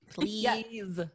please